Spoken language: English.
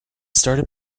started